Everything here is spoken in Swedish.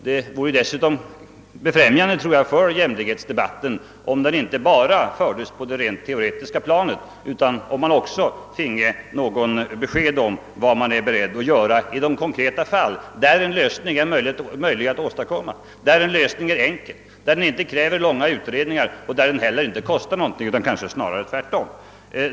Det vore dessutom befrämjande, tror jag, för jämlikhetsdebatten cm den inte bara fördes på det rent teoretiska planet utan så att vi också finge besked om vad man är beredd att göra i de konkreta fall där en lösning är möjlig att åstadkomma, och som i det här fallet är enkel, inte kräver långa utredningar och där den inte heller kostar någonting utan kanske snarare tvärtom.